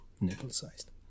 nipple-sized